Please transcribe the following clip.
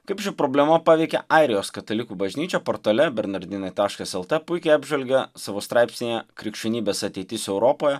kaip ši problema paveikė airijos katalikų bažnyčią portale bernardinai taškas el t puikiai apžvelgia savo straipsnyje krikščionybės ateitis europoje